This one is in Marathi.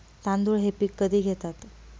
तांदूळ हे पीक कधी घेतात?